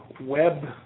web